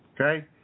Okay